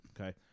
okay